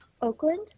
Oakland